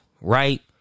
right